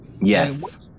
Yes